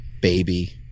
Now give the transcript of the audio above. baby